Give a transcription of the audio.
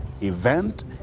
event